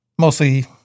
mostly